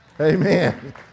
Amen